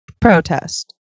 protest